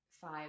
five